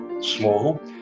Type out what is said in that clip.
small